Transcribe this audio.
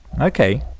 Okay